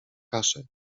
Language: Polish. kaszę